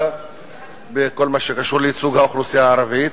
בכל מה שקשור לייצוג האוכלוסייה הערבית,